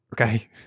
okay